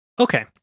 Okay